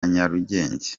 nyarugenge